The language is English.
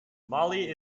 mali